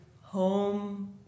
home